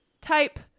type